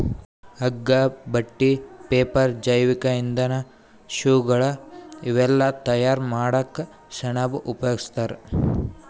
ಹಗ್ಗಾ ಬಟ್ಟಿ ಪೇಪರ್ ಜೈವಿಕ್ ಇಂಧನ್ ಶೂಗಳ್ ಇವೆಲ್ಲಾ ತಯಾರ್ ಮಾಡಕ್ಕ್ ಸೆಣಬ್ ಉಪಯೋಗಸ್ತಾರ್